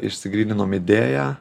išsigryninom idėją